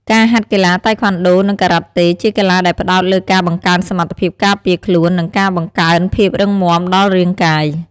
ការហាត់កីឡាតៃខ្វាន់ដូ និងការ៉ាតេ ជាកីឡាដែលផ្តោតលើការបង្កើនសមត្ថភាពការពារខ្លួន និងការបង្កើនភាពរឹងមាំដល់រាងកាយ។